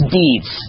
deeds